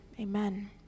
amen